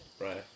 Right